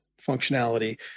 functionality